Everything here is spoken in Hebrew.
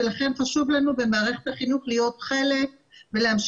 ולכן חשוב לנו במערכת החינוך להיות חלק ולהמשיך